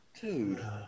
Dude